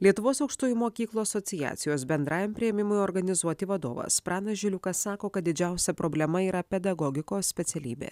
lietuvos aukštųjų mokyklų asociacijos bendrajam priėmimui organizuoti vadovas pranas žiliukas sako kad didžiausia problema yra pedagogikos specialybė